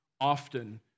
often